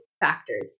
factors